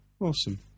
Awesome